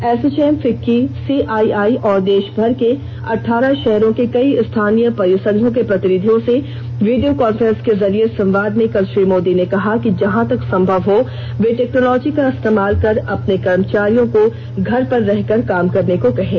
ASSOCHAM FICCI CII और देशभर के अट्टारह शहरों के कई स्थानीय परिसंघों के प्रतिनिधियों से वीडियो कॉन्फ्रेंस के जरिये संवाद में कल श्री मोदी ने कहा कि जहां तक सम्भव हो वे टेक्नोलोजी का इस्तेमाल कर अपने कर्मचारियों को घर पर रहकर काम करने को कहें